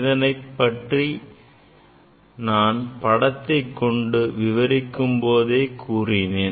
இதைப்பற்றி நான் படத்தைக் கொண்டு விவரிக்கும் போதே கூறினேன்